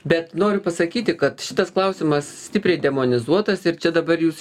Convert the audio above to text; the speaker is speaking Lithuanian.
bet noriu pasakyti kad šitas klausimas stipriai demonizuotas ir čia dabar jūs